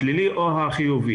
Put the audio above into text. השלילי או החיובי.